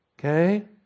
okay